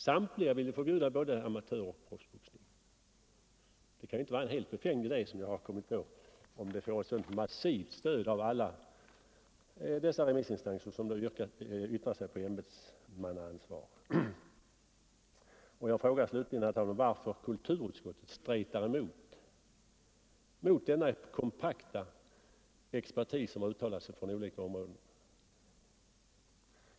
Samtliga ville förbjuda både amatörboxning och proffsboxning. Det kan ju inte vara en helt befängd idé som jag har kommit på, om den får ett så massivt stöd av alla dessa remissinstanser som yttrat sig under ämbetsmannaansvar! Jag frågar slutligen varför kulturutskottet stretar emot denna kompakta expertis från olika områden som har uttalat sig.